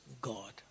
God